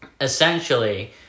essentially